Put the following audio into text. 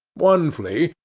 one flea,